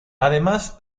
además